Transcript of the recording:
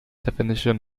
definition